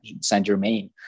Saint-Germain